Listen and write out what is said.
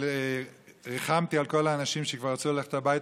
אבל ריחמתי על כל האנשים שכבר רצו ללכת הביתה.